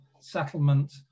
settlement